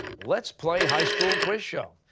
let's play high school quiz show.